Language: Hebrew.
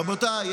רבותיי,